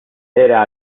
era